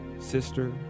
sister